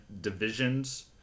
divisions